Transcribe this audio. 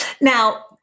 Now